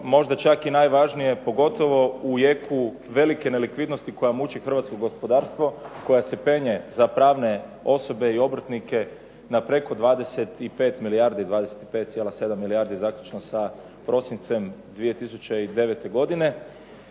možda čak i najvažnije, pogotovo u jeku velike nelikvidnosti koja muči hrvatsko gospodarstvo, koja se penje za pravne osobe i obrtnike na preko 25 milijardi, 25,7 milijardi zaključno sa prosincem 2009. godine,